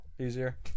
easier